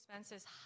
expenses